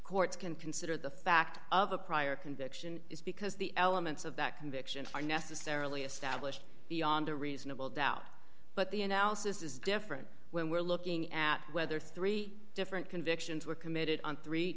courts can consider the fact of a prior conviction is because the elements of that conviction are necessarily established beyond a reasonable doubt but the analysis is different when we're looking at whether three different convictions were committed on three